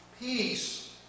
peace